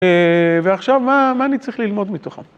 ועכשיו, מה אני צריך ללמוד מתוכם?